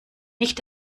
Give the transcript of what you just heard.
nicht